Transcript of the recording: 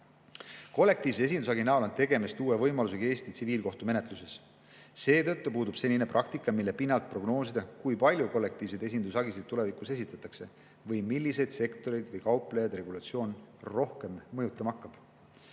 Kollektiivse esindushagi näol on tegemist uue võimalusega Eesti tsiviilkohtumenetluses. Seetõttu puudub senine praktika, mille pinnalt prognoosida, kui palju kollektiivseid esindushagisid tulevikus esitatakse või milliseid sektoreid või kauplejaid regulatsioon teistest rohkem mõjutama hakkab.